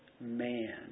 man